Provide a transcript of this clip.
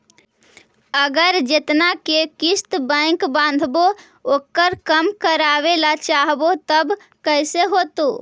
अगर जेतना के किस्त बैक बाँधबे ओकर कम करावे ल चाहबै तब कैसे होतै?